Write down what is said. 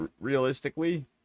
realistically